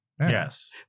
Yes